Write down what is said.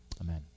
Amen